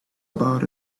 about